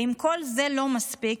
ואם כל זה לא מספיק,